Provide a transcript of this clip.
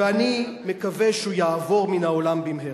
ואני מקווה שהוא יעבור מן העולם במהרה.